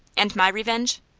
and my revenge?